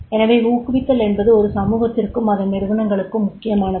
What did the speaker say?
எனவே ஊகுவித்தல் என்பது ஒரு சமூகத்திற்கும் அதன் நிறுவனகளுக்கும் முக்கியமானது